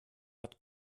hat